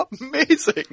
amazing